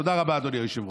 תודה רבה, אדוני היושב-ראש.